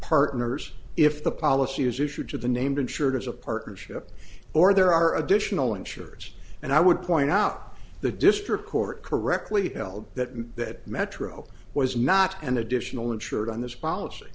partners if the policy is issued to the named insured as a partnership or there are additional insurers and i would point out the district court correctly held that that metro was not an additional insured on this policy